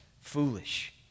foolish